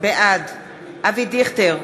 בעד אבי דיכטר,